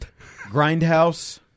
Grindhouse